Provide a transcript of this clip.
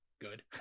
good